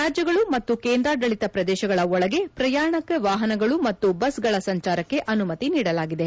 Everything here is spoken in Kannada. ರಾಜ್ಯಗಳು ಮತ್ತು ಕೇಂದ್ರಾಡಳಿತ ಪ್ರದೇಶಗಳ ಒಳಗೆ ಪ್ರಯಾಣಿಕ ವಾಹನಗಳು ಮತ್ತು ಬಸ್ಗಳ ಸಂಚಾರಕ್ಕೆ ಅನುಮತಿ ನೀಡಲಾಗಿದೆ